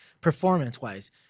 Performance-wise